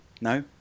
No